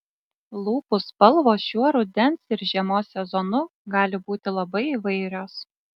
lūpų spalvos šiuo rudens ir žiemos sezonu gali būti labai įvairios